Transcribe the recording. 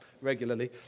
regularly